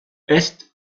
est